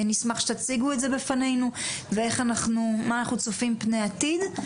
נשמח שתציגו את זה בפנינו ומה אנחנו צופים פני העתיד.